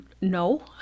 no